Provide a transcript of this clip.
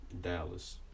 Dallas